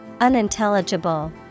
Unintelligible